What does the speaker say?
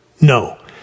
No